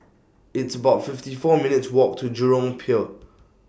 It's about fifty four minutes' Walk to Jurong Pier